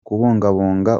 kubungabunga